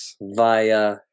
via